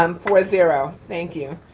um four zero, thank you.